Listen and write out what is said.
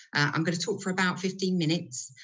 i'm going to talk for about fifteen minutes,